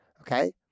okay